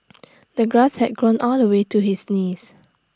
the grass had grown all the way to his knees